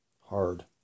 hard